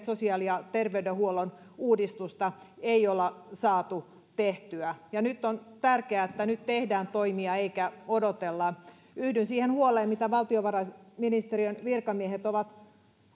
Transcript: sosiaali ja terveydenhuollon uudistusta ei ole saatu tehtyä nyt on tärkeää että nyt tehdään toimia eikä odotella yhdyn siihen huoleen mitä valtiovarainministeriön virkamiehet ovat